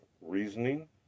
reasoning